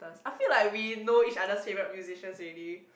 I feel like we know each others favourite musicians already